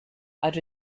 out